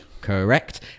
Correct